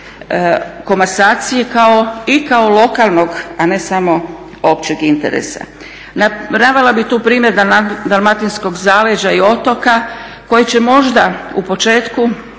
komasacije i kao lokalnog, a ne samo općeg interesa. Navela bih tu primjer dalmatinskog zaleđa i otoka koji će možda u početku